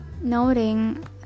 noting